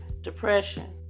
depression